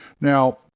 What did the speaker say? Now